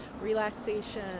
relaxation